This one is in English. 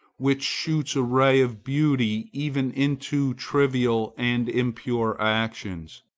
which shoots a ray of beauty even into trivial and impure actions,